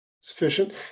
sufficient